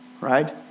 Right